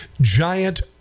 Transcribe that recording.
giant